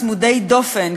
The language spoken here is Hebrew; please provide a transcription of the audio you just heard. צמודי-דופן,